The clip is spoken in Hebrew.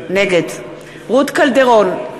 נגד רות קלדרון,